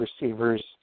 receivers